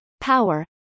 power